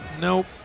Nope